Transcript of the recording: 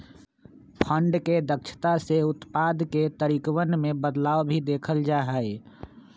fund के दक्षता से उत्पाद के तरीकवन में बदलाव भी देखल जा हई